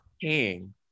paying